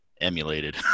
emulated